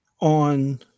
on